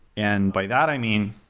and by that, i mean,